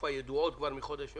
התעופה ידועה כבר מחודש פברואר,